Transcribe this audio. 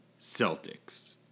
Celtics